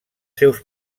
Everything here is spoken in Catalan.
seus